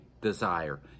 desire